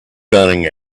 running